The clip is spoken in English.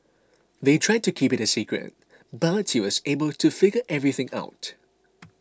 they tried to keep it a secret but he was able to figure everything out